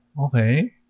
okay